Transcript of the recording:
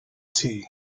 tea